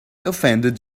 offended